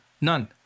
none